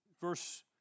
verse